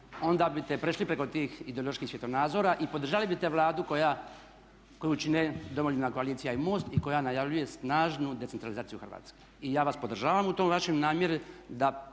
onda biste prešli preko tih ideoloških svjetonazora i podržali biste Vladu koju čine Domoljubna koalicija i MOST i koja najavljuje snažnu decentralizaciju Hrvatske. I ja vas podržavam u toj vašoj namjeri da